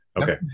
Okay